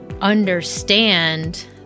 understand